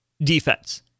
defense